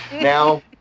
now